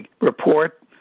report